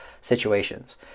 situations